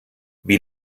wie